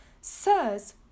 Sirs